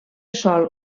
sol